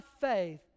faith